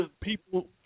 people –